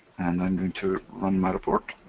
and i'm going to run my report.